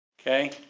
Okay